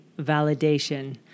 validation